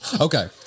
Okay